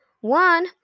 one